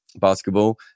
basketball